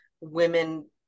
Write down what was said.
women